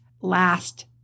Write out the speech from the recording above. last